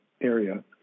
area